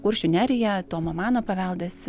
kuršių nerija tomo mano paveldas